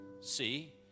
see